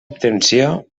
obtenció